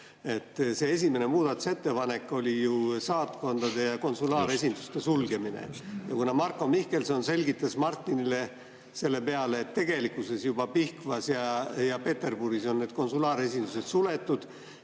see esimene muudatusettepanek oli ju saatkondade ja konsulaaresinduste sulgemine. Kuna Marko Mihkelson selgitas Martinile selle peale, et tegelikkuses juba Pihkvas ja Peterburis on konsulaaresindused suletud,